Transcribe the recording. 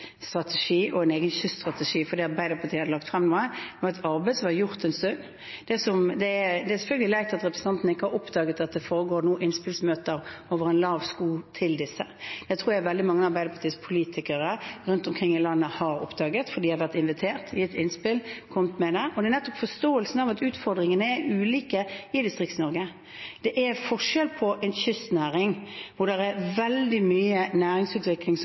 en egen kyststrategi fordi Arbeiderpartiet hadde lagt fram noe. Det var et arbeid som var gjort en stund. Det er selvfølgelig leit at representanten ikke har oppdaget at det nå foregår innspillsmøter over en lav sko til disse. Det tror jeg veldig mange av Arbeiderpartiets politikere rundt omkring i landet har oppdaget, for de har vært invitert til å komme med innspill. Og det handler nettopp om forståelsen av at utfordringene er ulike i Distrikts-Norge. Det er forskjell på en kystnæring hvor det er veldig mye